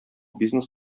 бизнес